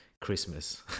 Christmas